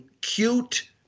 cute